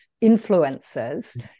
Influences